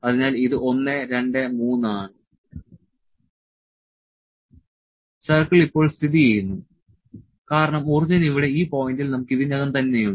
അതിനാൽ ഇത് 1 2 3 ആണ് സർക്കിൾ ഇപ്പോൾ സ്ഥിതിചെയ്യുന്നു കാരണം ഒറിജിൻ ഇവിടെ ഈ പോയിന്റിൽ നമുക്ക് ഇതിനകം തന്നെയുണ്ട്